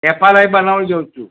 F R I બનાવી દઉં છું